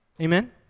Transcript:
Amen